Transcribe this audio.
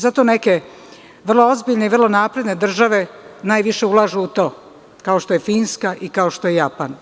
Zato neke vrlo ozbiljne i vrlo napredne države najviše ulažu u to, kao što je Finska i kao što je Japan.